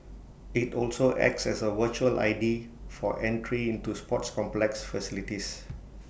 IT also acts as A virtual I D for entry into sports complex facilities